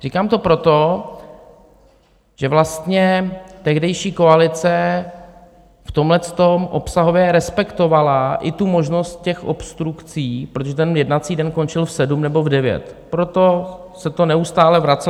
Říkám to proto, že vlastně tehdejší koalice v tomhle obsahově respektovala i tu možnost obstrukcí, protože jednací den končil v sedm nebo v devět, proto se to neustále vracelo.